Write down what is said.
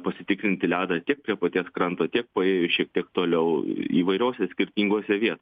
pasitikintį ledą tiek prie paties kranto tiek paėjus šiek tiek toliau įvairiose skirtingose viet